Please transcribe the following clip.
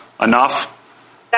enough